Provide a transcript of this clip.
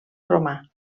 romà